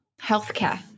healthcare